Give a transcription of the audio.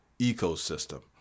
ecosystem